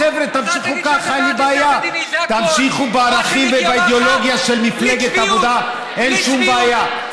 חבר'ה, תמשיכו ככה, אין לי בעיה.